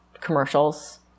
commercials